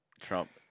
Trump